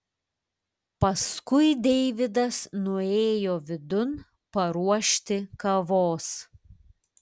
paskui deividas nuėjo vidun paruošti kavos